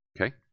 Okay